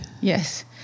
Yes